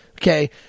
Okay